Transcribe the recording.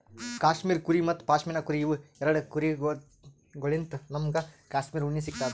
cashmere ಕುರಿ ಮತ್ತ್ ಪಶ್ಮಿನಾ ಕುರಿ ಇವ್ ಎರಡ ಕುರಿಗೊಳ್ಳಿನ್ತ್ ನಮ್ಗ್ ಕ್ಯಾಶ್ಮೀರ್ ಉಣ್ಣಿ ಸಿಗ್ತದ್